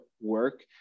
work